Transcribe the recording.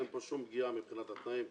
אין כאן כל פגיעה מבחינת התנאים.